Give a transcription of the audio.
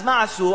מה עשו?